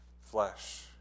flesh